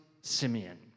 Simeon